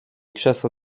krzesła